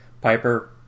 Piper